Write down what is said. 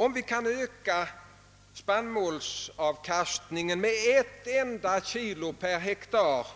Om man kan öka spannmålsavkastningen med ett enda kilogram per hektar